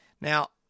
Now